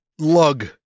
lug